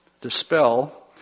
dispel